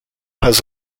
has